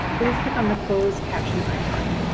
please click on the closed caption icon.